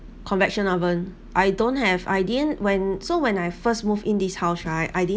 convention oven I don't have I didn't when so when I first moved in this house right I didn't